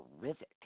terrific